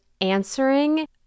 answering